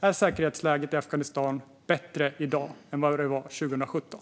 Är säkerhetsläget i Afghanistan bättre i dag än vad det var 2017?